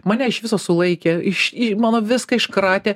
mane iš viso sulaikė iš mano viską iškratė